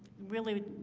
really?